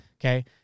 Okay